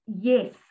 yes